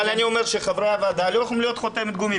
אבל אני אומר שחברי הוועדה לא יכולים להיות חותמת גומי,